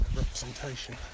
representation